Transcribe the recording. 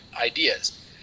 ideas